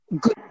good